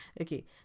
Okay